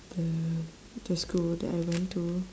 the the school that I went to